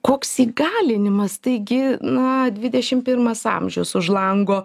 koks įgalinimas taigi na dvidešimt pirmas amžius už lango